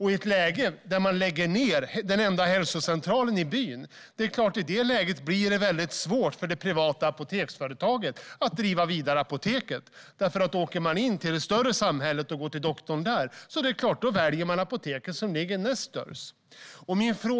I ett läge där den enda hälsocentralen i byn läggs ned är det klart att det blir svårt för det privata apoteksföretaget att fortsätta driva apoteket. Åker människor till det större samhället för att gå till doktorn där är det nämligen klart att de också väljer apoteket som ligger nästdörrs. Fru talman!